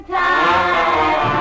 time